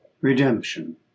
Redemption